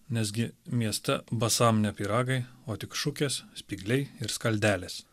nesgi mieste basam ne pyragai o tik šukės spygliai ir skaldelės